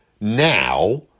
now